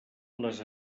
les